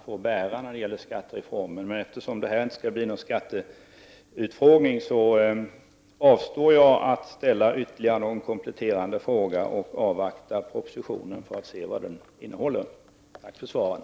Så händer det t.ex. att yrkesinspektionen vill förbjuda verksamhet eller hotar stänga redan fungerande dagis i villor på grund av för låg takhöjd.